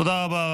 תודה רבה.